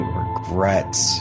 regrets